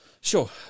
Sure